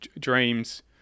dreams